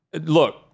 Look